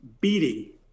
beating